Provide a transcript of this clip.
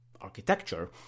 architecture